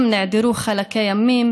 אם נעדרו חלקי ימים,